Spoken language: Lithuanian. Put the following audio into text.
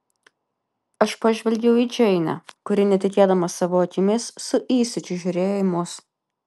aš pažvelgiau į džeinę kuri netikėdama savo akimis su įsiūčiu žiūrėjo į mus